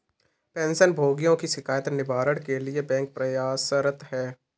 pension भोगियों की शिकायत निवारण के लिए बैंक प्रयासरत है